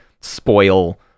spoil